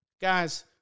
Guys